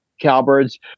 cowbirds